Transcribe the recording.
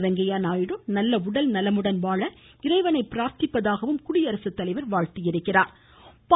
வெங்கையா நாயுடு நல்ல உடல் நலமுடன் வாழ இறைவனை பிராா்த்திப்பதாகவும் குடியரசுத்தலைவர் வாழ்த்தினாா்